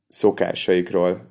szokásaikról